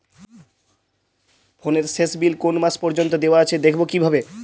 ফোনের শেষ বিল কোন মাস পর্যন্ত দেওয়া আছে দেখবো কিভাবে?